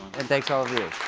and thanks all of